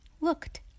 looked